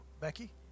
Becky